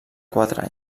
quatre